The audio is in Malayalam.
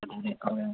അതെ അല്ലേ അതെ